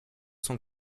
cent